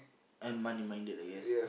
and money-minded I guess